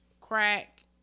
crack